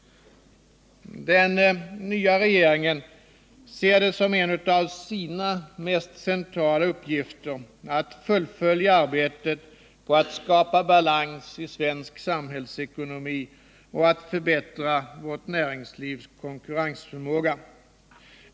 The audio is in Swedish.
Den nya regeringen ser det som en av sina mest centrala uppgifter att fullfölja arbetet på att skapa balans i svensk samhällsekonomi och att förbättra vårt näringslivs konkurrensförmåga.